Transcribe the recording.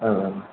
औ औ